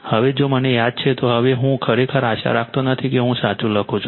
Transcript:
હવે જો મને યાદ છે તો હવે હું ખરેખર આશા રાખતો નથી કે હું સાચું લખું છું